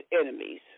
enemies